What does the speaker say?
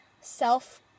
self